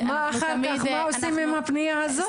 עושים עם הפנייה הזו?